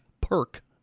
Perk